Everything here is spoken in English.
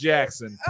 Jackson